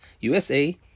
USA